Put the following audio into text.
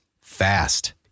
fast